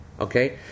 Okay